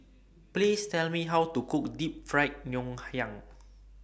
Please Tell Me How to Cook Deep Fried Ngoh Hiang